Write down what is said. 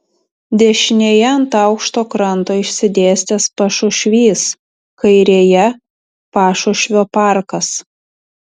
dešinėje ant aukšto kranto išsidėstęs pašušvys kairėje pašušvio parkas